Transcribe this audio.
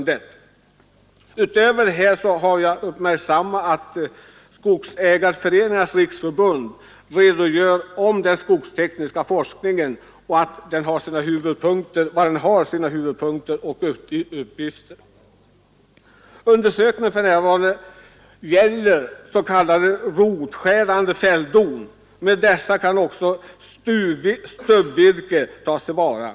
Därutöver har jag uppmärksammat att Sveriges skogsägareföreningars riksförbund redogjort för den skogstekniska forskningen och dennas uppgifter. Den undersökning som för närvarande bedrivs gäller s.k. rotskärande fälldon. Med dessa kan också stubbvirke tas till vara.